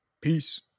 peace